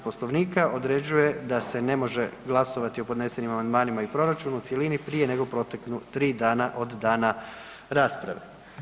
Poslovnika određuje da se ne može glasovati o podnesenim amandmanima i proračunu u cjelini prije nego proteknu 3 dana od dana rasprave.